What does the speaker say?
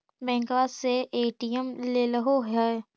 बैंकवा से ए.टी.एम लेलहो है?